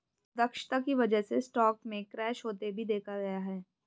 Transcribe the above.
दक्षता की वजह से स्टॉक में क्रैश होते भी देखा गया है